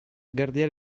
gardiel